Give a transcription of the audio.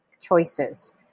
choices